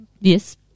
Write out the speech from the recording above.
yes